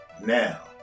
Now